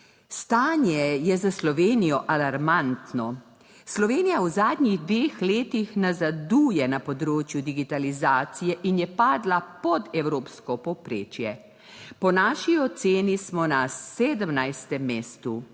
Stanje je za Slovenijo alarmantno. Slovenija v zadnjih dveh letih nazaduje na področju digitalizacije in je padla pod evropsko povprečje. Po naši oceni smo na 17. mestu,